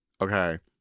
Okay